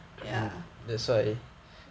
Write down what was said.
ya